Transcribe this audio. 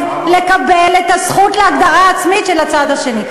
לקבל את הזכות להגדרה עצמית של הצד השני.